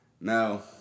Now